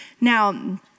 Now